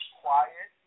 quiet